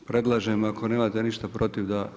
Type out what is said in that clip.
Predlažem ako nemate ništa protiv da.